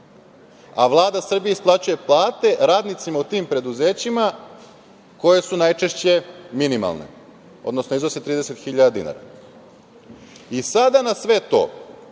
a Vlada Srbije isplaćuje plate radnicima u tim preduzećima koje su najčešće minimalne, odnosno iznose 30.000 dinara. Sada na sve to,